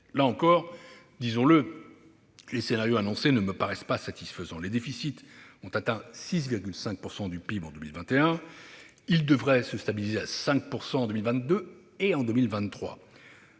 Là encore, les scénarios annoncés ne me paraissent pas satisfaisants. Les déficits ont atteint 6,5 % du PIB en 2021 et devraient se stabiliser autour de 5 % en 2022 et en 2023.